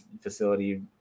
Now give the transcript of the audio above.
facility